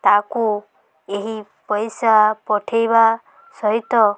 ତାକୁ ଏହି ପଇସା ପଠେଇବା ସହିତ